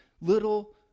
little